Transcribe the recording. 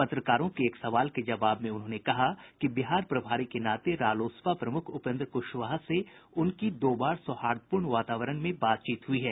पत्रकारों के एक सवाल के जवाब में उन्होंने कहा कि बिहार प्रभारी के नाते रोलसपा प्रमुख उपेन्द्र कुशवाहा से उनकी दो बार सौहार्दपूर्ण वातावारण में बातचीत हुई है